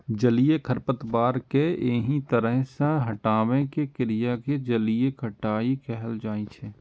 जलीय खरपतवार कें एहि तरह सं हटाबै के क्रिया कें जलीय कटाइ कहल जाइ छै